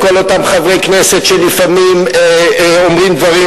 לכל אותם חברי כנסת שלפעמים אומרים דברים,